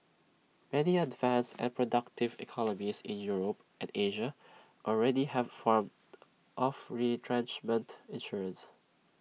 many advanced and productive economies in Europe and Asia already have forms of retrenchment insurance